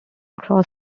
cross